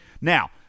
Now